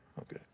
Okay